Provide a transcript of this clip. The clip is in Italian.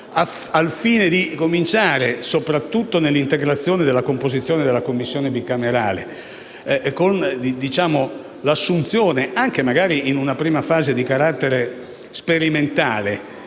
- di cominciare, soprattutto nell'integrazione della composizione della Commissione bicamerale, con l'assunzione, magari in una prima fase di carattere sperimentale,